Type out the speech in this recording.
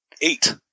eight